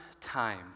time